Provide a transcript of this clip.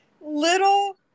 little